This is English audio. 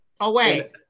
away